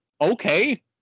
okay